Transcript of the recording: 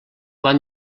van